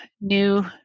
new